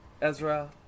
Ezra